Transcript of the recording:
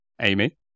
Amy